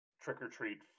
trick-or-treat